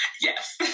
Yes